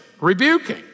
rebuking